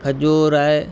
खजूर आहे